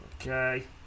Okay